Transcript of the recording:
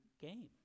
game